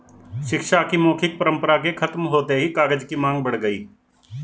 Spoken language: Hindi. शिक्षा की मौखिक परम्परा के खत्म होते ही कागज की माँग बढ़ गई